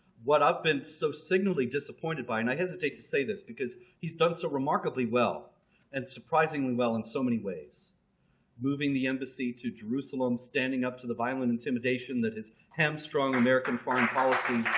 what i've been so signally disappointed by and i hesitate to say this because he started so remarkably well and surprisingly well in so many ways moving the embassy to jerusalem, standing up to the violent intimidation that is hamstrung american foreign policy